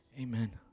Amen